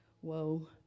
Whoa